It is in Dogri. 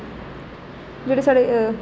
जेह्डे़ साढ़े